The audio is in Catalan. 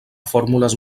fórmules